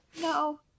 No